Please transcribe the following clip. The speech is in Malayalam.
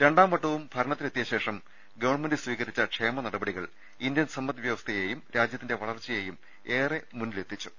രണ്ടാംവട്ടവും ഭരണത്തിലെത്തിയ ശേഷം ഗവൺമെന്റ് സ്വീകരിച്ച ക്ഷേമ നടപടികൾ ഇന്ത്യൻ സമ്പദ് വൃവസ്ഥ യെയും രാജ്യത്തിന്റെ വളർച്ച്യെയും ഏറെ മുന്നിലെ ത്തിച്ചു